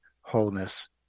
wholeness